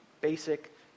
Basic